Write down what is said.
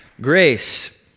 Grace